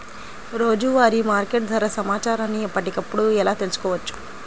రోజువారీ మార్కెట్ ధర సమాచారాన్ని ఎప్పటికప్పుడు ఎలా తెలుసుకోవచ్చు?